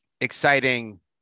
exciting